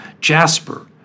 Jasper